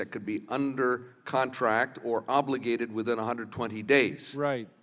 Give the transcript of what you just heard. that could be under contract or obligated within one hundred twenty days right